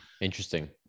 interesting